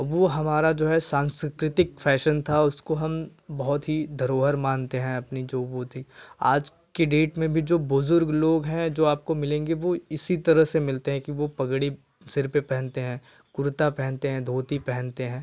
वह हमारा जो है सांस्कृतिक फैशन था उसको हम बहुत ही धरोहर मानते हैं अपनी जो होती आज की डेट में भी जो बुज़ुर्ग है जो आपको मिलेंगे वह इसी तरह से मिलते हैं कि वह पगड़ी सिर पर पहनते हैं कुर्ता पहनते हैं धोती पहनते हैं